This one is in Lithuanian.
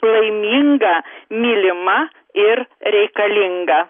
laiminga mylima ir reikalinga